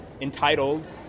entitled